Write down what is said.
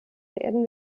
werden